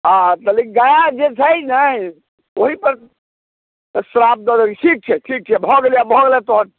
हँ तनी गया जे छै ने ओहिपर तऽ श्राप दऽ देलखिन ठीक छै ठीक छै भऽ गेलै तोहर